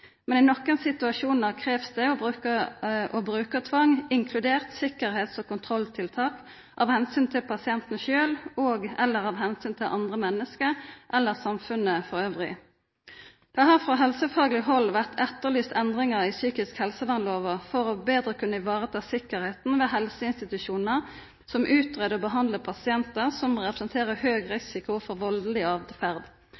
Men i nokre situasjonar krevst det bruk av tvang, inkludert sikkerheits- og kontrolltiltak, av omsyn til pasienten sjølv og/eller av omsyn til andre menneske eller samfunnet elles. Det har frå helsefagleg hald vore etterlyst endringar i den psykiske helsevernlova for betre å kunna vareta sikkerheita ved helseinstitusjonar som greier ut og behandlar pasientar som representerer ein høg